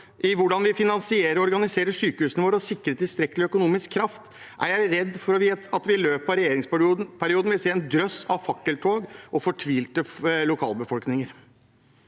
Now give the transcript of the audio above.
hvordan vi finansierer og organiserer sykehusene våre og sikrer tilstrekkelig økonomisk kraft, er jeg redd for at vi i løpet av regjeringsperioden vil se en drøss av fakkel